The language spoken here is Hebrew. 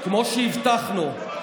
כמו שהבטחנו.